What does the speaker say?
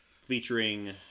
featuring